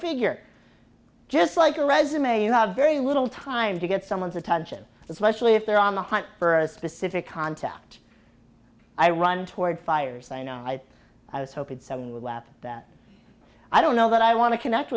figure just like your resume you have very little time to get someone's attention especially if they're on the hunt for a specific contact i run toward fires i know why i was hoping someone would lap that i don't know what i want to connect